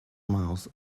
mouth